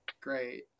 great